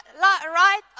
right